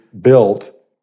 built